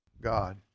God